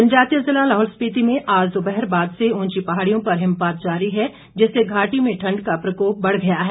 जनजातीय ज़िला लाहौल स्पिति में आज दोपहर बाद से ऊंची पहाड़ियों पर हिमपात जारी है जिससे घाटी में ठंड का प्रकोप बढ़ गया है